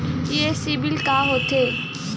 ये सीबिल का होथे?